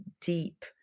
deep